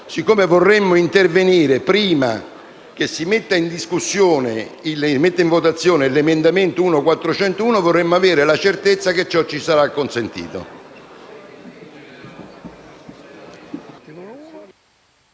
poiché vorremmo intervenire prima che si metta in votazione l'emendamento 1.401, vorremmo avere la certezza che ciò ci sarà consentito.